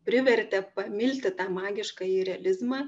privertė pamilti tą magiškąjį realizmą